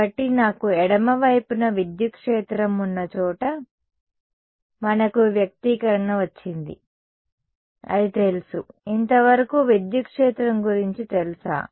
కాబట్టి నాకు ఎడమ వైపున విద్యుత్ క్షేత్రం ఉన్న చోట మనకు వ్యక్తీకరణ వచ్చింది అది తెలుసు ఇంతవరకు విద్యుత్ క్షేత్రం గురించి తెలుసా